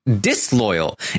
disloyal